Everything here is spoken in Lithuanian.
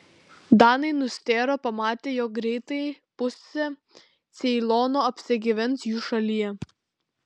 danai nustėro pamatę jog greitai pusė ceilono apsigyvens jų šalyje